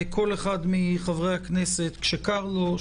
כל אחד מחברי הכנסת שקר לו,